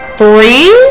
three